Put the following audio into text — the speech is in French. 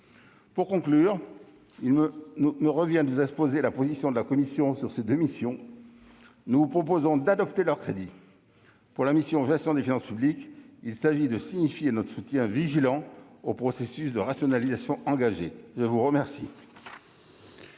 Pour conclure, il me revient de vous faire part de la position de la commission sur ces deux missions : nous vous proposons d'adopter leurs crédits. Pour la mission « Gestion des finances publiques », il s'agit de signifier notre soutien vigilant aux processus de rationalisation engagés. La parole